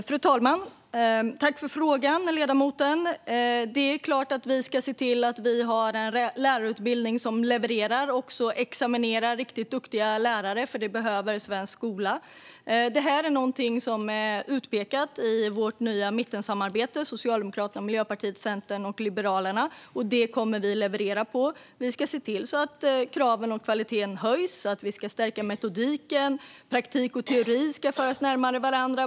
Fru talman! Jag tackar ledamoten för frågan. Det är klart att vi ska se till att vi har en lärarutbildning som levererar och examinerar riktigt duktiga lärare, för det behöver svensk skola. Detta är något som är utpekat i vårt nya mittensamarbete mellan Socialdemokraterna, Miljöpartiet, Centern och Liberalerna, och det kommer vi att leverera på. Vi ska se till att kraven och kvaliteten höjs. Vi ska stärka metodiken, och praktik och teori ska föras närmare varandra.